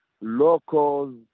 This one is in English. Locals